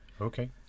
Okay